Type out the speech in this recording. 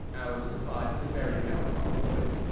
alice replied in a very melancholy voice.